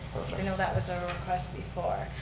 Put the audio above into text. you know that was a request before.